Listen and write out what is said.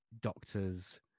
doctors